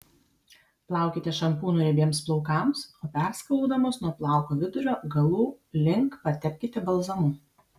plaukite šampūnu riebiems plaukams o perskalaudamos nuo plauko vidurio galų link patepkite balzamu